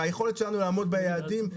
ביכולת שלנו לעמוד ביעדים,